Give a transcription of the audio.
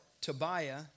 Tobiah